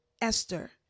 Esther